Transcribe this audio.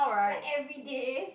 like everyday